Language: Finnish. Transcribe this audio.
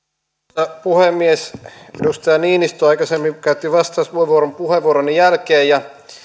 arvoisa puhemies edustaja niinistö aikaisemmin käytti vastauspuheenvuoron puheenvuoroni jälkeen ja